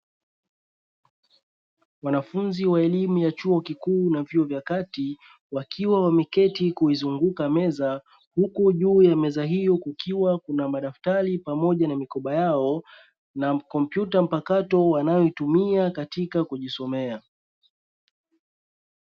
Wanafunzi wa elimu ya chuo kikuu na vyuo vya kati wameketi wakiwa wameizunguka meza, huku juu ya meza hiyo kukiwa na madaftari pamoja na mikoba yao na kompyuta mpakato wanayoitumia katika kujisomea.